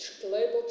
global